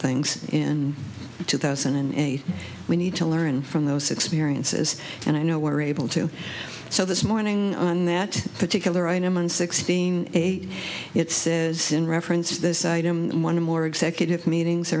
things in two thousand and eight we need to learn from those experiences and i know we're able to so this morning on that particular item and sixteen it says in reference to this item one more executive meetings